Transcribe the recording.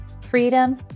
freedom